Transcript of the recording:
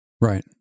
Right